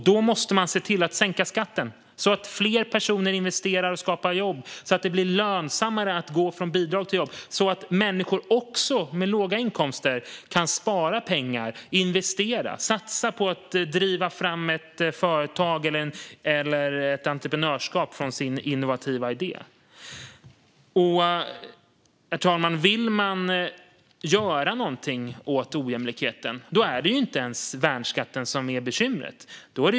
Då måste man se till att sänka skatten så att fler personer investerar och skapar jobb, så att det blir lönsammare att gå från bidrag till jobb och så att människor med låga inkomster också kan spara pengar, investera och satsa på att driva fram ett företag eller ett entreprenörskap utifrån sin innovativa idé. Herr talman! Vill man göra någonting åt ojämlikheten är det inte ens värnskatten som är bekymret.